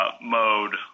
mode